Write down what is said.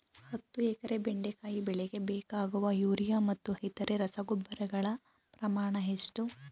ಹತ್ತು ಎಕರೆ ಬೆಂಡೆಕಾಯಿ ಬೆಳೆಗೆ ಬೇಕಾಗುವ ಯೂರಿಯಾ ಮತ್ತು ಇತರೆ ರಸಗೊಬ್ಬರಗಳ ಪ್ರಮಾಣ ಎಷ್ಟು?